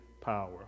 power